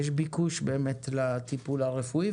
יש באמת ביקוש לטיפול הרפואי,